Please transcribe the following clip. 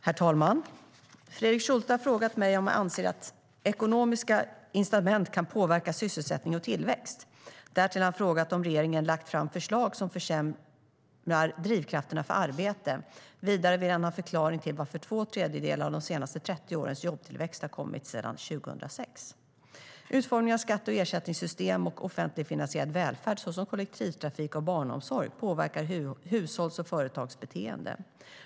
Herr talman! Fredrik Schulte har frågat mig om jag anser att ekonomiska incitament kan påverka sysselsättning och tillväxt. Därtill har han frågat om regeringen lagt fram förslag som försämrar drivkrafterna för arbete. Vidare vill han ha en förklaring till varför två tredjedelar av de senaste 30 årens jobbtillväxt har kommit sedan 2006. Utformning av skatte och ersättningssystem och offentligfinansierad välfärd, såsom kollektivtrafik och barnomsorg, påverkar hushålls och företags beteende.